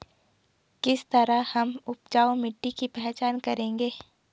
किस तरह हम उपजाऊ मिट्टी की पहचान करेंगे?